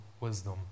wisdom